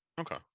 Okay